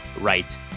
right